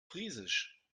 friesisch